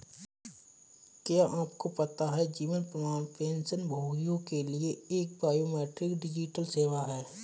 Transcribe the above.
क्या आपको पता है जीवन प्रमाण पेंशनभोगियों के लिए एक बायोमेट्रिक डिजिटल सेवा है?